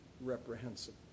reprehensible